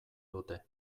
dute